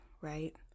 right